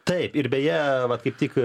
taip ir beje vat kaip tik